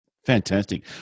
Fantastic